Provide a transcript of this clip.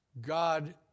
God